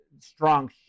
strong